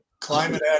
climate